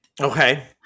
Okay